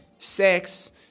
Sex